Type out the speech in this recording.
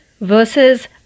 versus